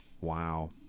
Wow